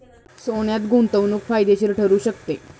सोन्यात गुंतवणूक फायदेशीर ठरू शकते